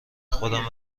خودم